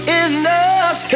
enough